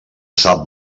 sap